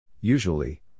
Usually